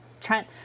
Trent